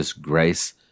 grace